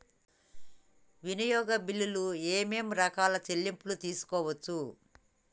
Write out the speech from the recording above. వినియోగ బిల్లులు ఏమేం రకాల చెల్లింపులు తీసుకోవచ్చు?